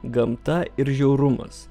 gamta ir žiaurumas